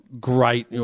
great